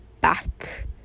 back